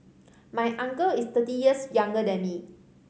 my uncle is thirty years younger than me